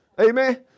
Amen